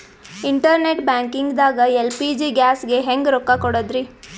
Internet banking ದಾಗ LPG ಗ್ಯಾಸ್ಗೆ ಹೆಂಗ್ ರೊಕ್ಕ ಕೊಡದ್ರಿ?